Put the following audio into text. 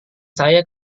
saya